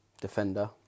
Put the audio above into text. defender